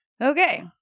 Okay